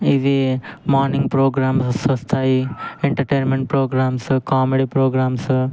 ఇదీ morning programmes వస్తాయి entertainment programmes comedy programmes